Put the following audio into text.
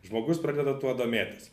žmogus pradeda tuo domėtis